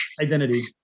identity